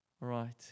Right